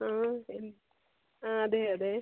ആ ആ അതെ അതെ